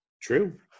True